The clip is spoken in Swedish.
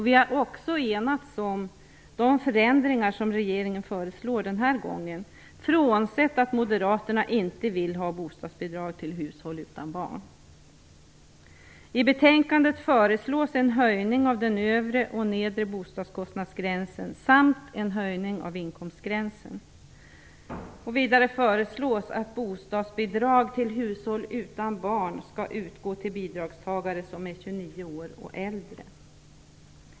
Vi har också enats om de förändringar som regeringen föreslår denna gång, frånsett att Moderaterna inte vill ha bostadsbidrag till hushåll utan barn. I betänkandet föreslås en höjning av den övre och nedre bostadskostnadsgränsen samt en höjning av inkomstgränsen. Vidare föreslås att bostadsbidrag till hushåll utan barn inte skall utgå för bidragstagare som är 29 år och äldre.